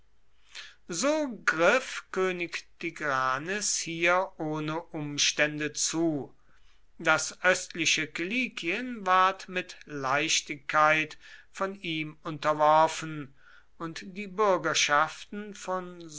so griff könig tigranes hier ohne umstände zu das östliche kilikien ward mit leichtigkeit von ihm unterworfen und die bürgerschaften von